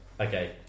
okay